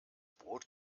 brot